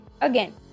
Again